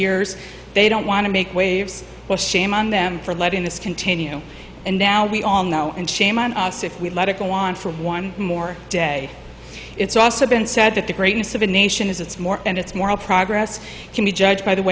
hears they don't want to make waves well shame on them for letting this continue and now we all know and shame on us if we let it go on for one more day it's also been said that the greatness of a nation is it's more and it's moral progress can be judged by the